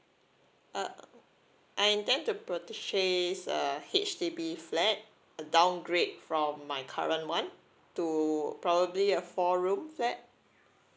ugh I intend to purchase uh H_D_B flat a downgrade from my current [one] to probably a four room flat